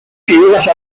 figuras